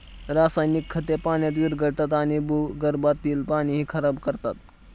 रासायनिक खते पाण्यात विरघळतात आणि भूगर्भातील पाणीही खराब करतात